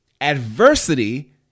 adversity